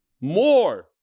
more